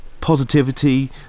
positivity